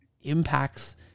impacts